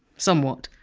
somewhat.